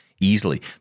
easily